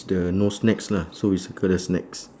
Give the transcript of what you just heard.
the no snacks lah so we circle the snacks